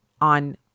on